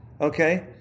Okay